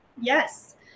Yes